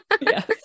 Yes